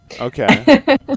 Okay